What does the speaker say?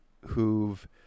who've